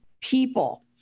people